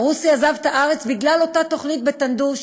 סרוסי עזב את הארץ בגלל אותה תוכנית "טנדו",